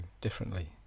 differently